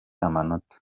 amanota